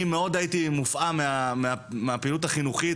אני מאוד הייתי מופעם מהפעילות החינוכית,